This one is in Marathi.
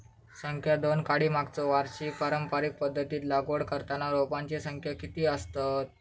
संख्या दोन काडी मागचो वर्षी पारंपरिक पध्दतीत लागवड करताना रोपांची संख्या किती आसतत?